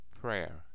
Prayer